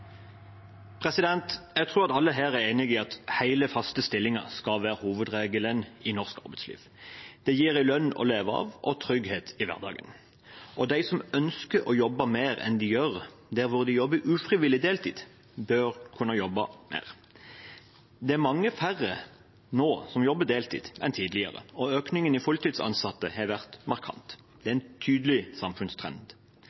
enige om at hele, faste stillinger skal være hovedregelen i norsk arbeidsliv. Det gir en lønn å leve av og trygghet i hverdagen. Og de som ønsker å jobbe mer enn de gjør, der hvor de jobber ufrivillig deltid, bør kunne få jobbe mer. Det er mange færre som jobber deltid nå enn tidligere, og økningen i fulltidsansatte har vært markant. Det